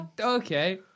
Okay